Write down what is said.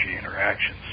interactions